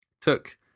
took